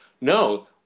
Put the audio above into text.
no